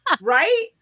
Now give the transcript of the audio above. Right